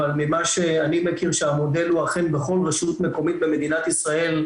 אבל ממה שאני מכיר הוא שהמודל הוא בכל רשות מקומית במדינת ישראל,